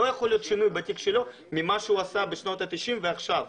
לא יכול להיות שינוי בתיק שלו ממה שהוא עשה בשנות ה-90 ועכשיו.